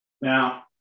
Now